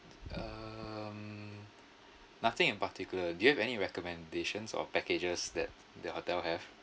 um nothing in particular do you any recommendations or packages that the hotel have